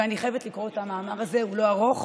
ואני חייבת לקרוא את המאמר הזה, הוא לא ארוך,